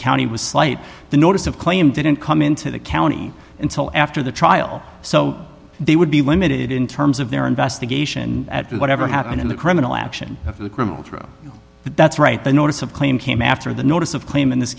county was slight the notice of claim didn't come into the county until after the trial so they would be limited in terms of their investigation at whatever happened in the criminal action of the criminal trial but that's right the notice of claim came after the notice of claim in this